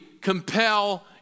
compel